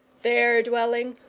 there dwelling,